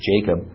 Jacob